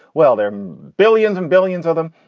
well, there are billions and billions of them.